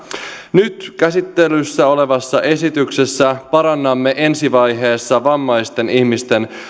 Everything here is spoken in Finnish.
nyt käsittelyssä olevassa esityksessä parannamme ensi vaiheessa vammaisten ihmisten